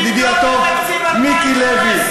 ידידי הטוב מיקי לוי?